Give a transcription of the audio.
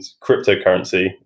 cryptocurrency